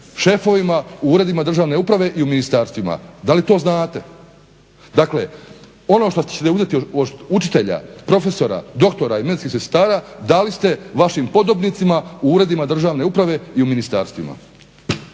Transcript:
šefovima u uredima državne uprave i u ministarstvima. Da li to znate? Dakle, ono što ćete uzeti od učitelja, profesora, doktora i medicinskih sestara dali ste vašim podobnicima u uredima državne uprave i u ministarstvima.